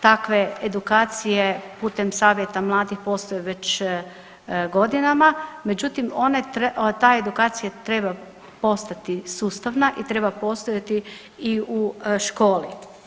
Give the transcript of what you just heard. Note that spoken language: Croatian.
Takve edukacije putem Savjeta mladih postoje već godinama, međutim ta edukacija treba postati sustavna i treba postojati i u školi.